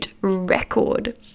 record